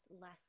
less